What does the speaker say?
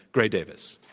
gray davis.